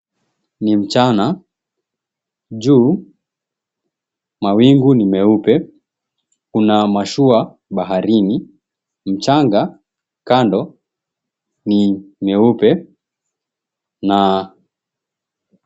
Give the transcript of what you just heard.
Ni mchana, juu mawingu ni meupe kuna mashua baharini mchanga kando ni nyeupe na...